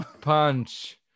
Punch